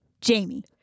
jamie